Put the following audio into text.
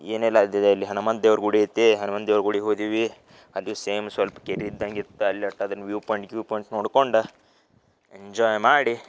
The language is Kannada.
ಏನೆಲ್ಲ ಇದ್ದಿದೆ ಅಲ್ಲಿ ಹನುಮಂತ ದೇವ್ರ ಗುಡಿ ಐತಿ ಹನುಮಾನ್ ದೇವ್ರ ಗುಡಿಗೆ ಹೋದಿವಿ ಅದು ಸೇಮ್ ಸೊಲ್ಪ ಕೆರೆ ಇದ್ದಂಗೆ ಇತ್ತು ಅಲ್ಲಿ ಅಟ್ಟದನ್ ವ್ಯೂವ್ ಪಾಯಿಂಟ್ ವ್ಯೂವ್ ಪಾಯಿಂಟ್ ನೋಡ್ಕೊಂಡು ಎಂಜಾಯ್ ಮಾಡಿ